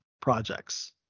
projects